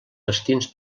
destins